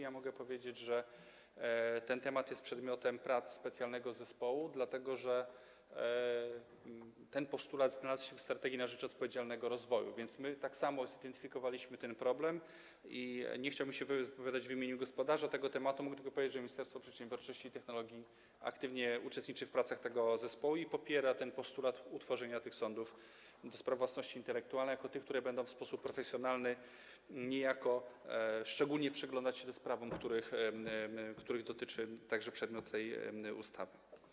Ja mogę powiedzieć, że ten temat jest przedmiotem prac specjalnego zespołu, dlatego że ten postulat znalazł się w „Strategii na rzecz odpowiedzialnego rozwoju”, więc my tak samo zidentyfikowaliśmy ten problem i - nie chciałbym się wypowiadać w imieniu gospodarza tego tematu - mogę tylko powiedzieć, że Ministerstwo Przedsiębiorczości i Technologii aktywnie uczestniczy w pracach tego zespołu i popiera postulat utworzenia sądów do spraw własności intelektualnej jako tych, które będą w sposób profesjonalny szczególnie przyglądać się sprawom, których dotyczy także przedmiot tej ustawy.